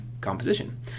composition